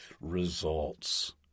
results